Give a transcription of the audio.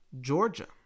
Georgia